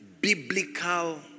biblical